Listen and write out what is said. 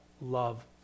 love